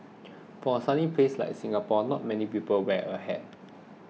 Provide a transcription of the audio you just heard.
for a sunny place like Singapore not many people wear a hat